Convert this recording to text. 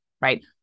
Right